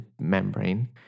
membrane